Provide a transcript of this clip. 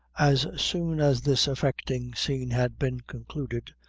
as soon as this affecting scene had been concluded,